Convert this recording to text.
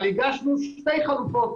אבל הגשנו שתי חלופות,